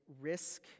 risk